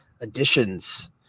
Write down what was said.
Additions